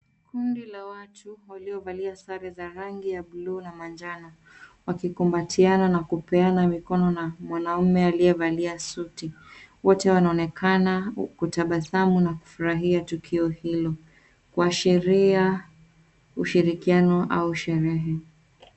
Kundi la watu waliovalia sare za rangi ya blue na manjano, wakikumbatiana na kupeana mikono na mwanaume aliyevalia suti. Wote wanaonekana kutabasamu na kufurahia tukio hilo, kuhashira ushirikiano au sherehe.